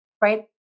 right